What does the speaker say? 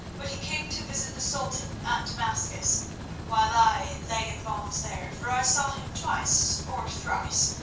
but he came to visit the sultan at damascus while i lay in bonds there, for i saw him twice or thrice,